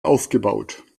aufgebaut